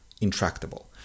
intractable